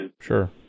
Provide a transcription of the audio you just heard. Sure